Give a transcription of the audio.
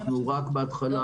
אנחנו רק בהתחלה.